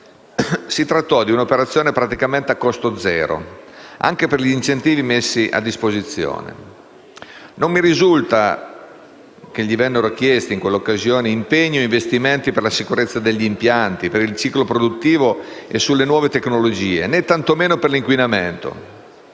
Si trattò di un'operazione praticamente a costo zero, anche per gli incentivi messi a disposizione. Non mi risulta che gli vennero chiesti, in quella occasione, impegni o investimenti per la sicurezza degli impianti, per il ciclo produttivo e sulle nuove tecnologie, né tantomeno per l'inquinamento.